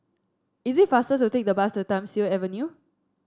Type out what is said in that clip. is it faster to take the bus to Thiam Siew Avenue